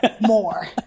more